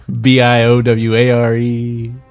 B-I-O-W-A-R-E